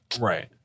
Right